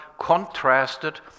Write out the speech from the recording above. Contrasted